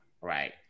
right